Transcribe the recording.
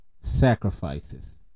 sacrifices